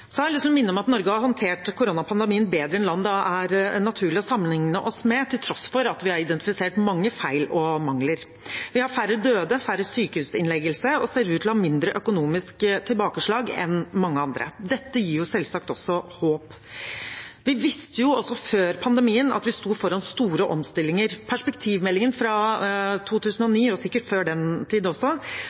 Jeg har lyst til å minne om at Norge har håndtert koronapandemien bedre enn land det er naturlig å sammenligne seg med, til tross for at vi har identifisert mange feil og mangler. Vi har færre døde og færre sykehusinnleggelser, og vi ser ut til å ha et mindre økonomisk tilbakeslag enn mange andre. Det gir selvsagt også håp. Vi visste også før pandemien at vi sto foran store omstillinger. Perspektivmeldingen fra 2009, og sikkert før den tid også,